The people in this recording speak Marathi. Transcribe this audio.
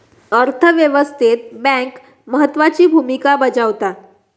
अर्थ व्यवस्थेत बँक महत्त्वाची भूमिका बजावता